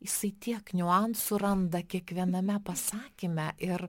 jisai tiek niuansų randa kiekviename pasakyme ir